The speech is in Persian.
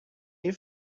این